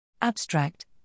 Abstract